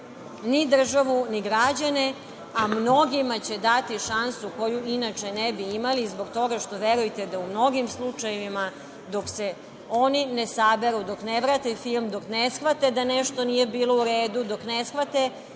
ni državu ni građane, a mnogima će dati šansu koju inače ne bi imali, zbog toga što verujte da u mnogim slučajevima, dok se oni ne saberu, dok ne vrate film, dok ne shvate da nešto nije bilo u redu, dok ne shvate